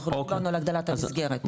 אנחנו דיברנו על הגדלת המסגרת.